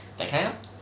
that kind lor